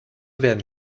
werden